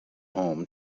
home